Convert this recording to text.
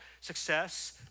success